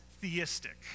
theistic